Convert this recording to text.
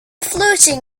flirting